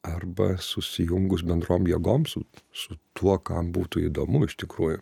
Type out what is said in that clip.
arba susijungus bendrom jėgom su su tuo kam būtų įdomu iš tikrųjų